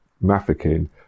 Mafeking